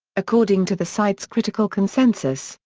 according to the site's critical consensus,